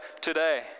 today